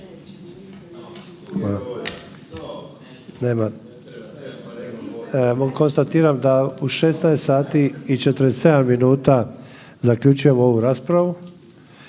raspravu. Konstatiram da u 16,47 zaključujem ovu raspravu.